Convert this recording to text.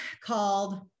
called